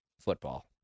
football